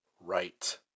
right